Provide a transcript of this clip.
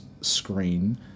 screen